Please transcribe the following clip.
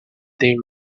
they